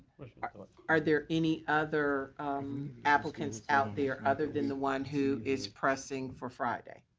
are like are there any other applicants out there other than the one who is pressing for friday?